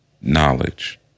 knowledge